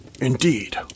Indeed